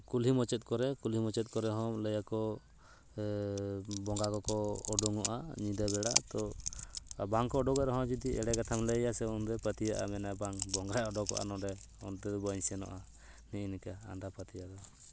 ᱠᱩᱞᱦᱤ ᱢᱩᱪᱟᱹᱫ ᱠᱚᱨᱮ ᱠᱩᱞᱦᱤ ᱢᱩᱪᱟᱹᱫᱽ ᱠᱚᱨᱮ ᱦᱚᱸ ᱞᱟᱹᱭ ᱟᱠᱚ ᱵᱚᱸᱜᱟ ᱠᱚᱠᱚ ᱩᱰᱩᱠᱚᱜᱼᱟ ᱧᱤᱫᱟᱹ ᱵᱮᱲᱟ ᱛᱳ ᱵᱟᱝ ᱠᱚ ᱩᱰᱩᱠᱚᱜ ᱨᱮᱦᱚᱸ ᱡᱩᱫᱤ ᱮᱲᱮ ᱠᱟᱛᱷᱟᱢ ᱞᱟᱹᱭ ᱟᱭᱟ ᱥᱮ ᱩᱱᱫᱚᱭ ᱯᱟᱹᱛᱭᱟᱹᱜᱼᱟ ᱢᱮᱱᱟᱭ ᱵᱟᱝ ᱵᱚᱸᱜᱟᱭ ᱩᱰᱩᱠᱚᱜᱼᱟ ᱱᱚᱰᱮ ᱚᱱᱛᱮ ᱫᱚ ᱵᱟᱹᱧ ᱥᱮᱱᱚᱜᱼᱟ ᱱᱮᱜᱼᱮ ᱱᱤᱝᱠᱟᱹ ᱟᱸᱫᱷᱟᱯᱟᱹᱛᱭᱟᱹᱣ